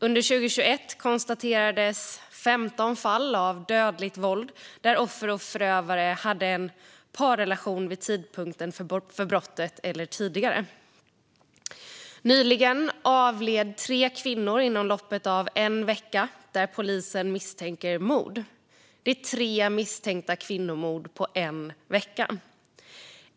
Under 2021 konstaterades 15 fall av dödligt våld där offer och förövare hade en parrelation vid tidpunkten för brottet eller tidigare. Nyligen avled tre kvinnor inom loppet av en vecka där polisen misstänker mord. Det är tre misstänkta kvinnomord på en vecka.